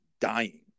dying